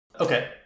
Okay